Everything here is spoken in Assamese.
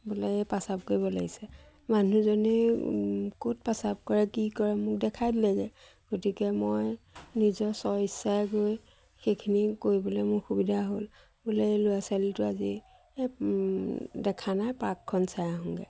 বোলে এই পেচাব কৰিব লাগিছে মানুহজনে ক'ত পেচাব কৰে কি কৰে মোক দেখাই দিলেগে গতিকে মই নিজৰ স্ব ইচ্ছাৰে গৈ সেইখিনি কৰিবলে মোৰ সুবিধা হ'ল বোলে এই ল'ৰা ছোৱালীটো আজি দেখা নাই পাৰ্কখন চাই আহোঁগে